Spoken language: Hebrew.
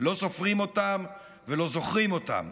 לא סופרים אותם ולא זוכרים אותם.